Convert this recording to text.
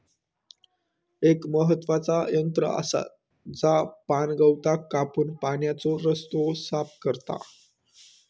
एक महत्त्वाचा यंत्र आसा जा पाणगवताक कापून पाण्याचो रस्तो साफ करता